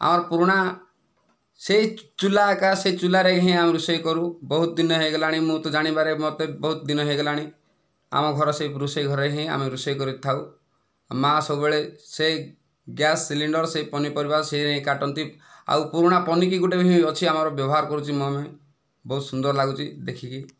ଆଉ ପୁରଣା ସେହି ଚୁଲା ଏକା ସେହି ଚୁଲାରେ ହିଁ ଆମେ ରୋଷେଇ କରୁ ବହୁତ ଦିନ ହୋଇଗଲାଣି ମୁଁ ତ ଜାଣିବାରେ ମୋତେ ବହୁତ ଦିନ ହୋଇଗଲାଣି ଆମ ଘର ସେହି ରୋଷେଇ ଘରେ ହିଁ ଆମେ ରୋଷେଇ କରି ଖାଉ ମା' ସବୁବେଳେ ସେହି ଗ୍ୟାସ୍ ସିଲିଣ୍ଡର ସେହି ପନିପରିବା ସେହି କାଟନ୍ତି ଆଉ ପୁରୁଣା ପନିକି ଗୋଟିଏ ଭି ଅଛି ଆମର ବ୍ୟବହାର କରୁଛି ମମି ବହୁତ ସୁନ୍ଦର ଲାଗୁଛି ଦେଖିକି